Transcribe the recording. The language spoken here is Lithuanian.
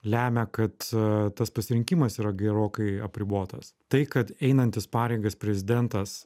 lemia kad tas pasirinkimas yra gerokai apribotas tai kad einantis pareigas prezidentas